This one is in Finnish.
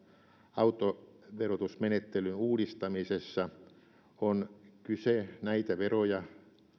autoverotusmenettelyn uudistamisessa on kyse näitä veroja